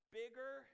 bigger